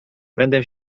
będę